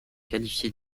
qualifiés